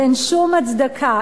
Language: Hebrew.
ואין שום הצדקה,